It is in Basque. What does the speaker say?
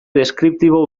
deskriptibo